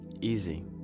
easy